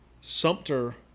Sumter